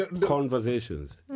Conversations